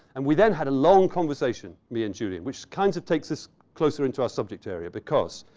and we then had a long conversation, me and julian. which kind of takes us closer into our subject area because